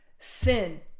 Sin